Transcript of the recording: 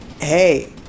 hey